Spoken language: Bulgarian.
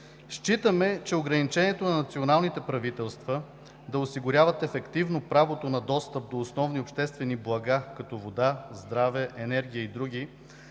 Считаме, че ограничението на националните правителства да осигуряват ефективно правото на достъп до основни обществени блага като вода, здраве, енергия и други